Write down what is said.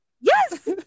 Yes